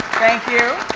thank you.